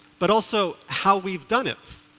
but also how we've done it.